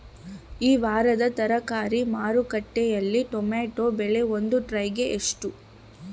ಈ ವಾರದ ತರಕಾರಿ ಮಾರುಕಟ್ಟೆಯಲ್ಲಿ ಟೊಮೆಟೊ ಬೆಲೆ ಒಂದು ಟ್ರೈ ಗೆ ಎಷ್ಟು?